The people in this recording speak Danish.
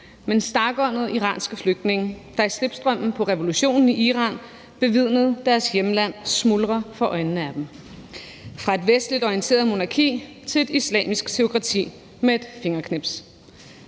men stakåndede iranske flygtninge, der i slipstrømmen på revolutionen i Iran havde bevidnet deres hjemland smuldre for øjnene af dem – fra et vestligt orienteret monarki til et islamisk teokrati med et fingerknips.